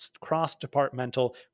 Cross-departmental